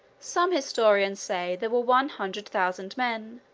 some historians say there were one hundred thousand men,